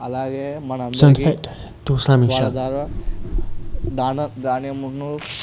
అలాగే మనందరికీ వాళ్ళ ద్వారా దాన ధాన్యమును